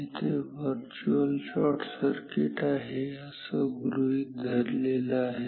इथे आपण व्हर्च्युअलशॉर्टसर्किट आहे असं गृहीत धरलेल आहे